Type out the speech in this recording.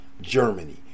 Germany